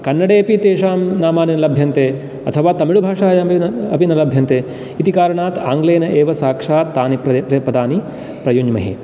कन्नडेऽपि तेषां नामानि लभ्यन्ते अथवा तमिळभाषायां अपि न लभ्यन्ते इति कारणात् आङ्ग्लेन एव साक्षात् तानि पदानि प्रयुञ्ज्महे